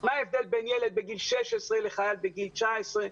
מה ההבדל בין ילד בגיל 16 לחייל בגיל 19?